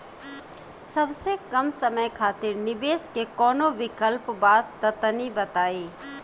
सबसे कम समय खातिर निवेश के कौनो विकल्प बा त तनि बताई?